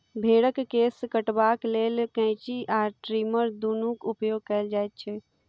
भेंड़क केश कटबाक लेल कैंची आ ट्रीमर दुनूक उपयोग कयल जाइत छै